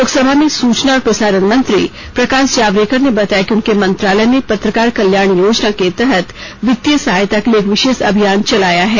लोकसभा में सूचना और प्रसारण मंत्री प्रकाश जावड़ेकर ने बताया कि उनके मंत्रालय ने पत्रकार कल्याण योजना के तहत वित्तीय सहायता के लिए एक विशेष अभियान चलाया है